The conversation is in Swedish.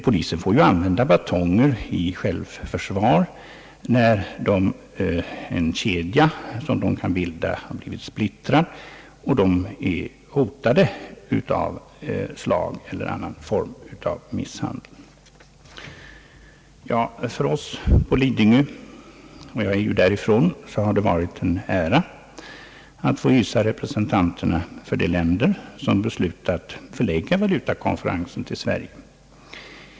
Polisen får ju använda batonger i självförsvar, när en bildad kedja har blivit splittrad och polismännen är hotade av slag eller annan form av misshandel. För oss på Lidingö — jag bor själv där — har det varit en ära att få hysa representanterna för de länder som beslutat att förlägga valutakonferensen till Sverige.